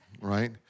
Right